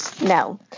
No